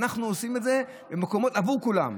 אנחנו עושים את זה עבור כולם.